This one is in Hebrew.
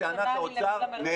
בטענת האוצר,